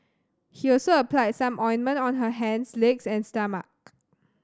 he also applied some ointment on her hands legs and stomach